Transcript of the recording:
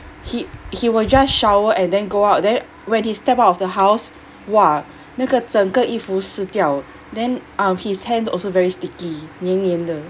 he he will just shower and then go out then when he step out of the house !wah! 那个整个衣服湿掉 then um his hands also very sticky 黏黏的